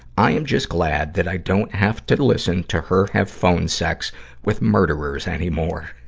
i am just glad that i don't have to listen to her have phone sex with murderers anymore.